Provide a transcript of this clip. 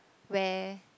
wear